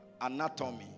anatomy